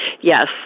yes